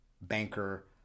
banker